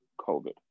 COVID